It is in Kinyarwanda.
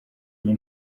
iyi